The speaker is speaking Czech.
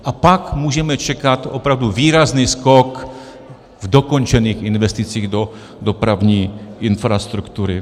A pak můžeme čekat opravdu výrazný skok v dokončených investicích do dopravní infrastruktury.